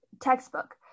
textbook